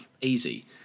easy